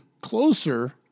closer